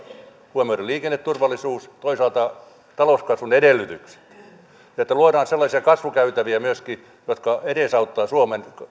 huomioiden liikenneturvallisuus toisaalta talouskasvun edellytykset että luodaan sellaisia kasvukäytäviä myöskin jotka edesauttavat suomen